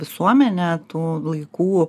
visuomenė tų laikų